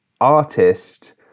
artist